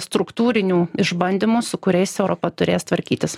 struktūrinių išbandymų su kuriais europa turės tvarkytis